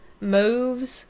moves